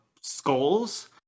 skulls